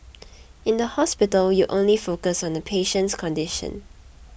in the hospital you only focus on the patient's condition